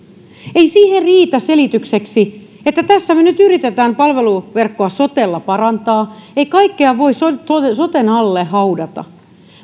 ei siihen riitä selitykseksi että tässä me nyt yritämme palveluverkkoa sotella parantaa ei kaikkea voi soten alle haudata